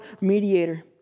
mediator